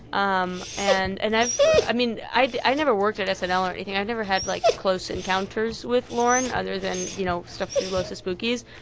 um and and i've i mean, i i never worked at snl or anything. i never had, like, close encounters with lorne other than, you know, stuff through los espookys,